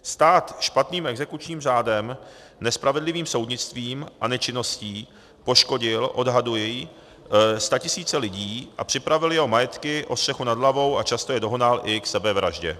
Stát špatným exekučním řádem, nespravedlivým soudnictvím a nečinností poškodil, odhaduji, statisíce lidí a připravil je o majetky, o střechu nad hlavou a často je dohnal i k sebevraždě.